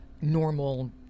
normal